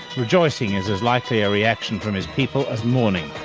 rejoicing is as likely a reaction from his people as mourning,